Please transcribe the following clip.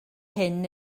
hyn